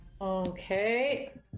okay